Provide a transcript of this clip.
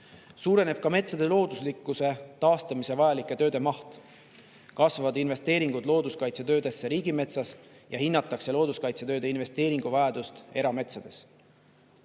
Suureneb ka metsade looduslikkuse taastamise vajalike tööde maht, kasvavad investeeringud looduskaitsetöödesse riigimetsas ja hinnatakse looduskaitsetööde investeeringu vajadust erametsades. Muutuva